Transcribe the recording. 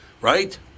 right